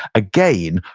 again,